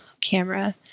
camera